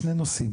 שני נושאים